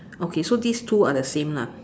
okay so these two are the same lah